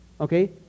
okay